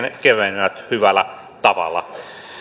kevenevät hyvällä tavalla